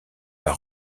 pas